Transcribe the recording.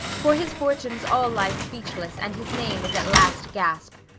for his fortunes all lie speechless, and his name is at last gasp.